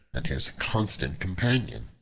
and his constant companion.